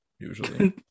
usually